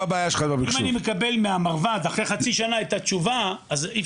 אם אני מקבל מהמרב"ד אחרי חצי שנה את התשובה אז אי